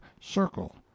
circle